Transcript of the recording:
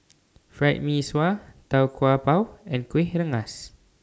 Fried Mee Sua Tau Kwa Pau and Kueh Rengas